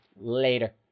Later